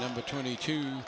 number twenty two